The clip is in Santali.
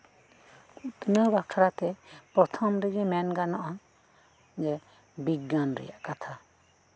ᱩᱛᱱᱟᱹᱣ ᱵᱟᱠᱷᱨᱟᱛᱮ ᱯᱨᱚᱛᱷᱚᱢ ᱨᱮᱜᱮ ᱢᱮᱱ ᱜᱟᱱᱚᱜᱼᱟ ᱡᱮ ᱵᱤᱜᱽᱜᱟᱱ ᱨᱮᱭᱟᱜ ᱠᱟᱛᱷᱟ